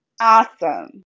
awesome